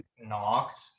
knocked